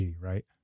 right